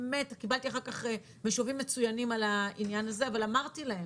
קיבלתי אחר כך משובים מצוינים על העניין הזה אבל אמרתי להם,